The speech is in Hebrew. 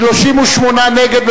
38 נגד,